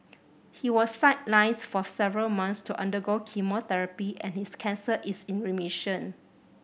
he was sidelines for several months to undergo chemotherapy and his cancer is in remission